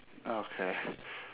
okay